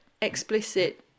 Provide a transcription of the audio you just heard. explicit